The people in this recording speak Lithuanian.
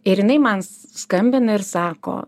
ir jinai man skambina ir sako